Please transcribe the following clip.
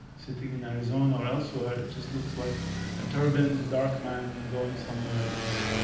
sitting in arizona or elsewhere, it just looks like a turbaned dark man going somewhere is